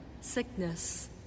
sickness